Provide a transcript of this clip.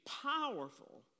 powerful